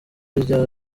bya